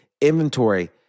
inventory